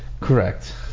Correct